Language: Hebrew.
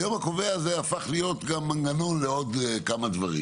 היום הקובע הזה הפך להיות גם מנגנון לעוד כמה דברים